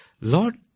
Lord